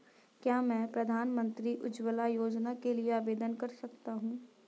क्या मैं प्रधानमंत्री उज्ज्वला योजना के लिए आवेदन कर सकता हूँ?